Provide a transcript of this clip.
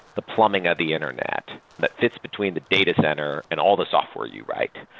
the plumbing of the internet that fits between the data center and all the software you write?